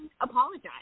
apologize